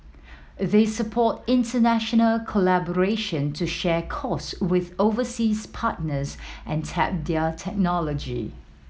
they support international collaboration to share costs with overseas partners and tap their technology